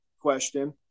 question